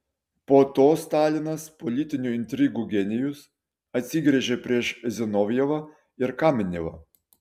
po to stalinas politinių intrigų genijus atsigręžė prieš zinovjevą ir kamenevą